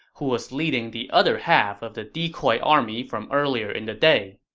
who was leading the other half of the decoy army from earlier in the day